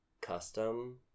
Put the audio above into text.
custom